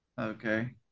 Okay